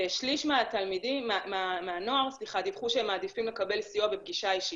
ו-1/3 מהנוער דיווחו שהם מעדיפם לקבל סיוע בפגישה אישית.